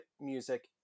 music